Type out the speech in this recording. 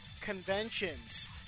conventions